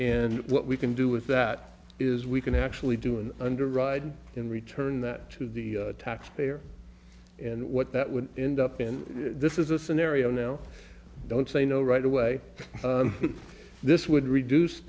and what we can do with that is we can actually do an under ride in return that to the taxpayer and what that would end up in this is a scenario now don't say no right away this would reduce